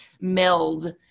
meld